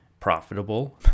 profitable